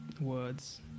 words